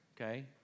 okay